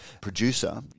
producer